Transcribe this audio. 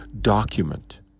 document